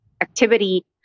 activity